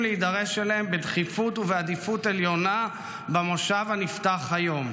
להידרש אליהם בדחיפות ובעדיפות עליונה במושב הנפתח היום.